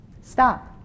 Stop